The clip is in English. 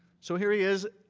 so, here he is,